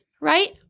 right